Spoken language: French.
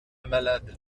malade